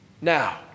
Now